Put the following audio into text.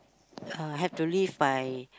uh have to live by